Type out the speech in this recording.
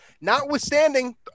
notwithstanding